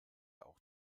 auch